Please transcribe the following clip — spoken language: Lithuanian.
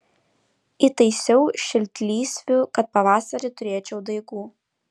įtaisiau šiltlysvių kad pavasarį turėčiau daigų